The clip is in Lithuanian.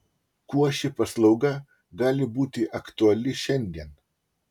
kuo ši paslauga gali būti aktuali šiandien